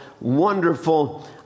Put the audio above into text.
wonderful